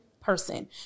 person